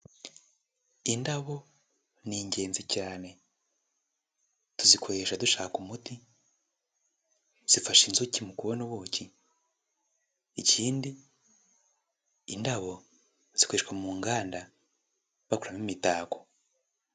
Indabo ni ingenzi cyane tuzikoresha dushaka umuti, zifasha inzuki mu kubona ubuki ikindi indabo zikoreshwa mu nganda bakoramo imitako.